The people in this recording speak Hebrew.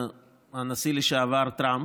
הוא הנשיא לשעבר טראמפ.